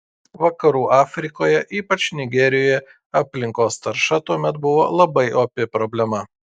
vakarų afrikoje ypač nigerijoje aplinkos tarša tuomet buvo labai opi problema